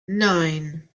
nine